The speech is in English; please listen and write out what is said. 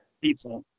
Pizza